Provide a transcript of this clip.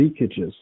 leakages